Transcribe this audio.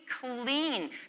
clean